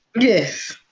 Yes